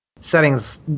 settings